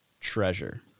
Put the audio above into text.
treasure